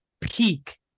peak